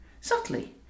Subtly